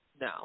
No